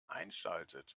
einschaltet